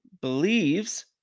believes